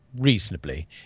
reasonably